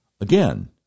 Again